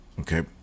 Okay